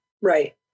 Right